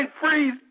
freeze